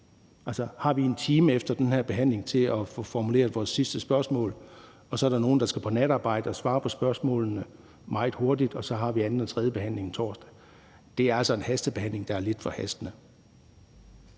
har en time efter den her behandling til at få formuleret vores sidste spørgsmål, og så er der nogle, der skal på natarbejde og svare på spørgsmålene meget hurtigt, og så har vi anden og tredje behandling torsdag. Det er altså en hastebehandling, der er lidt for hastende.